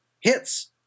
hits